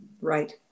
Right